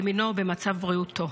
במינו או במצב בריאותו.